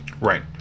Right